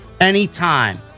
anytime